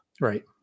right